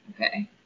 okay